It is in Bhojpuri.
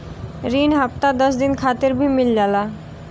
रिन हफ्ता दस दिन खातिर भी मिल जाला